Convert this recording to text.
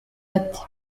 ati